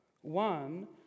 One